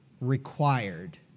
required